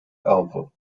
elbow